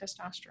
testosterone